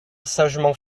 sagement